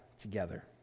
together